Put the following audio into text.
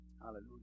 Hallelujah